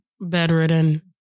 bedridden